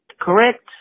correct